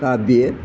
काव्ये